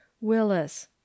Willis